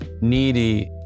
needy